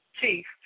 Chief